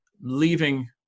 leaving